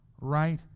right